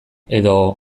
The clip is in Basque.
edo